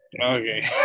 okay